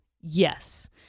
yes